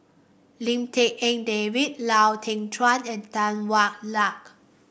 Lim Tik En David Lau Teng Chuan and Tan Hwa Luck